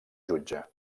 jutge